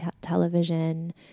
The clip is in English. television